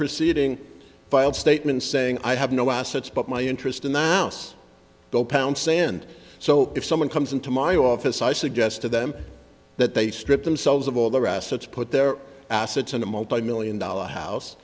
proceeding filed statements saying i have no assets but my interest in the house bill pound sand so if someone comes into my office i suggest to them that they strip themselves of all their assets put their assets in a multimillion dollar house